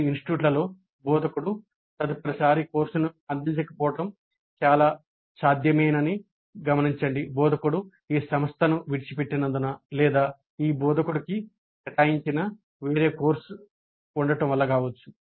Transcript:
కొన్ని ఇన్స్టిట్యూట్లలో బోధకుడు తదుపరిసారి కోర్సును అందించకపోవటం చాలా సాధ్యమేనని గమనించండి బోధకుడు ఈ సంస్థను విడిచిపెట్టినందున లేదా ఈ బోధకుడికి కేటాయించిన వేరే కోర్సు ఉంది